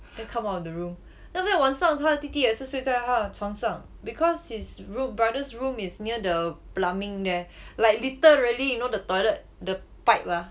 then come out of the room then after that 晚上他的弟弟也是睡在他的床上 because his ro~ brother's room is near the plumbing there like literally you know the toilet the pipe ah